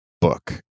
book